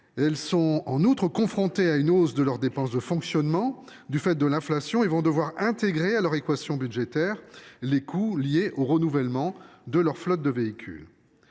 Elles sont confrontées, d’autre part, à une hausse de leurs dépenses de fonctionnement due à l’inflation et vont devoir intégrer à leur équation budgétaire les coûts liés au renouvellement de leurs flottes de véhicules.